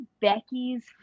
Becky's